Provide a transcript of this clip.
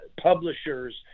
publishers